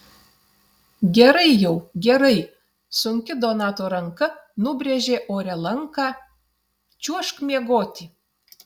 gerai jau gerai sunki donato ranka nubrėžė ore lanką čiuožk miegoti